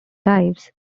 dives